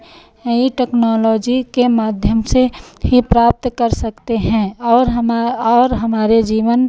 इस टेक्नोलॉजी के माध्यम से ही प्राप्त कर सकते हैं और हमा और हमारे जीवन